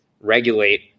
regulate